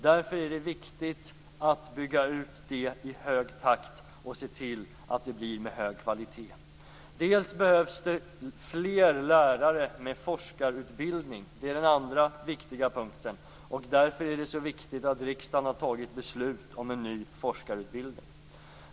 Därför är det viktigt att bygga ut denna forskning i hög takt och att se till att den får hög kvalitet. Det behövs för det andra fler lärare med forskarutbildning. Det är därför viktigt att riksdagen har tagit beslut om en ny forskarutbildning.